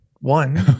One